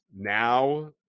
now